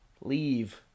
leave